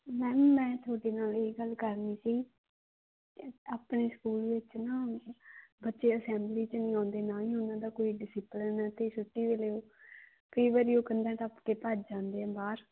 ma'am ਮੈਂ ਤੁਹਾਡੇ ਨਾਲ ਇਹ ਗੱਲ ਕਰਨੀ ਸੀ ਆਪਣੇ ਸਕੂਲ ਵਿੱਚ ਨਾ ਬੱਚੇ ਅਸੈਂਬਲੀ 'ਚ ਨਹੀਂ ਆਉਂਦੇ ਨਾ ਹੀ ਉਹਨਾਂ ਦਾ ਕੋਈ ਡਿਸਪਲਨ ਆ ਅਤੇ ਛੁੱਟੀ ਵੇਲੇ ਵੀ ਕਈ ਵਰੀ ਉਹ ਕੰਧਾਂ ਟੱਪ ਕੇ ਭੱਜ ਜਾਂਦੇ ਆ ਬਾਹਰ